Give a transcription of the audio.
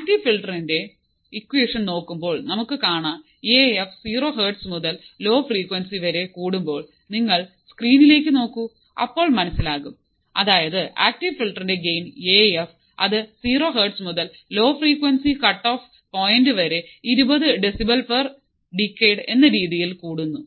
active ഫിൽറ്ററിന്റെ equation നോക്കുമ്പോൾ നമുക്ക് കാണാം എ എഫ് സീറോ ഹേർട്സ് മുതൽ ലോ ഫ്രീക്വൻസി വരെ കൂടുമ്പോൾ നിങ്ങൾ സ്ക്രീനിലേക്കു നോക്കു അപ്പോൾ മനസിലാകുംഅതായതു ആക്റ്റീവ് ഫിൽറ്ററിന്റെ ഗെയ്ൻ എ എഫ് അത് സീറോ ഹേർട്സ് മുതൽ ലോ ഫ്രീക്വൻസി കട്ടോഫ്ഫ് പോയിന്റ് വരെ ഇരുപതു ഡെസിബെൽ പേർ ഡികേഡ് എന്ന രീതിയിൽ കൂടുന്നു